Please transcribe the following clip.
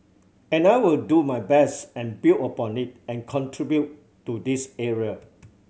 and I will do my best and build upon it and contribute to this area